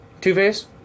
Two-Face